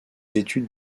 études